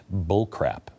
bullcrap